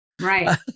Right